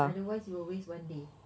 otherwise you will waste one day